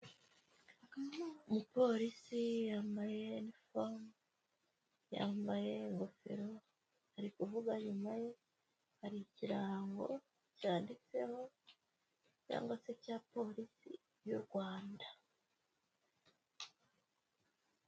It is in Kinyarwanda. Umupolisi yambaye iniforome, yambaye ingofero ari kuvuga, inyuma ye hari ikirango cyanditseho cyangwa se cya polisi y'u Rwanda.